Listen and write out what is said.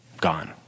gone